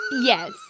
yes